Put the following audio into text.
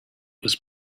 was